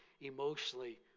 emotionally